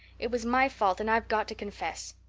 it was my fault and i've got to confess.